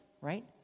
right